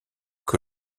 que